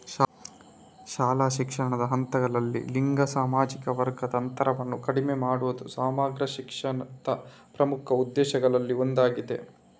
ಶಾಲಾ ಶಿಕ್ಷಣದ ಹಂತಗಳಲ್ಲಿ ಲಿಂಗ ಸಾಮಾಜಿಕ ವರ್ಗದ ಅಂತರವನ್ನು ಕಡಿಮೆ ಮಾಡುವುದು ಸಮಗ್ರ ಶಿಕ್ಷಾದ ಪ್ರಮುಖ ಉದ್ದೇಶಗಳಲ್ಲಿ ಒಂದಾಗಿದೆ